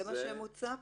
זה מה שמוצע פה.